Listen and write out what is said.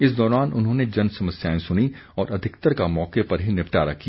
इस दौरान उन्होंने जनसमस्याएं सुनीं और अधिकतर का मौके पर ही निपटारा किया